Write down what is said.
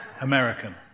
American